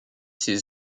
ses